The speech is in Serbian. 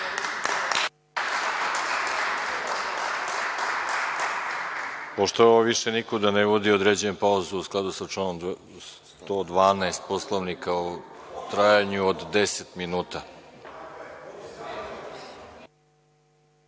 Pošto ovo više nikuda ne vodi, određujem pauzu u skladu sa članom 112. Poslovnika u trajanju od deset